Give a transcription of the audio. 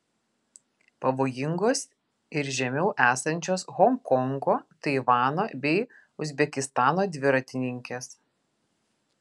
pavojingos ir žemiau esančios honkongo taivano bei uzbekistano dviratininkės